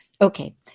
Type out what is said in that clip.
okay